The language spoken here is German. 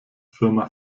firma